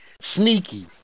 sneaky